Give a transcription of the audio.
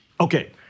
Okay